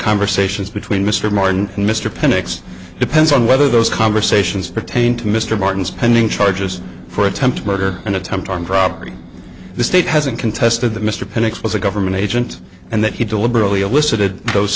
conversations between mr martin and mr panix depends on whether those conversations pertain to mr martin's pending charges for attempted murder and attempt armed robbery the state hasn't contested that mr panix was a government agent and that he deliberately elicited those